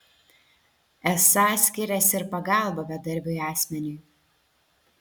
esą skiriasi ir pagalba bedarbiui asmeniui